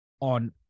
on